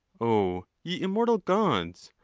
oh ye immortal gods!